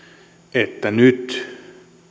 että nyt